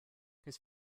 his